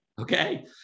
Okay